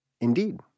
indeed